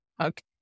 Okay